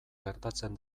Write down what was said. gertatzen